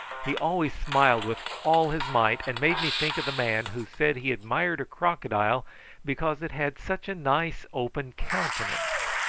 he always smiled with all his might and made me think of the man who said he admired a crocodile because it had such a nice open countenance.